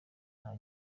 nta